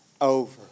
Over